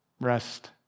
Rest